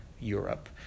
Europe